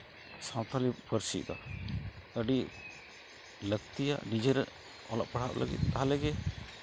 ᱥᱟᱶᱛᱟᱞᱤ ᱯᱟᱹᱨᱥᱤ ᱫᱚ ᱟᱹᱰᱤ ᱞᱟᱹᱠᱛᱤᱭᱟᱜ ᱱᱤᱡᱮᱨ ᱚᱞᱚᱜ ᱯᱟᱲᱦᱟᱜ ᱞᱟᱹᱜᱤᱫ ᱛᱟᱦᱚᱞᱮ ᱜᱮ